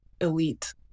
elite